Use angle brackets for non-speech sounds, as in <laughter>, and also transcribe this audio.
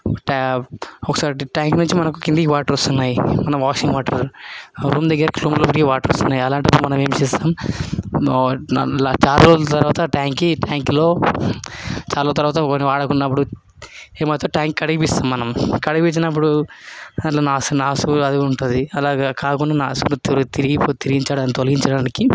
ఒకసారి ట్యాంక్ నుంచి మనకు కిందకి వాటర్ వస్తున్నాయి మనకి వాషింగ్ వాటర్ వాటర్ వస్తున్నాయి ముందుకు <unintelligible> అలా అని మనం ఏం చేస్తాం చాలా రోజుల తర్వాత ట్యాంక్కి ట్యాంక్లో చాలా రోజుల తర్వాత వాడుకున్నప్పుడు ఈ మొత్తం ట్యాంక్ని కడిగిపిస్తాం మనం కడిగిపించినప్పుడు దాంట్లో నాసు నాసు అదేదో ఉంటుంది అలా కాకుండా నాసుని తిరిగిం తిరిగి తిరిగించడానికి తొలగించడానికి